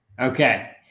okay